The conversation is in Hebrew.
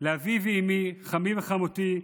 לאבי ואימי, חמי וחמותי,